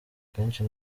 akenshi